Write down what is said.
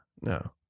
No